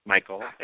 Michael